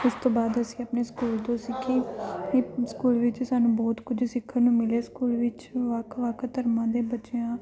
ਉਸ ਤੋਂ ਬਾਅਦ ਅਸੀਂ ਆਪਣੇ ਸਕੂਲ ਤੋਂ ਸਿੱਖੀ ਸਕੂਲ ਵਿੱਚ ਸਾਨੂੰ ਬਹੁਤ ਕੁਝ ਸਿੱਖਣ ਨੂੰ ਮਿਲਿਆ ਸਕੂਲ ਵਿੱਚ ਵੱਖ ਵੱਖ ਧਰਮਾਂ ਦੇ ਬੱਚਿਆਂ